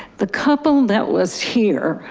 the couple that was here,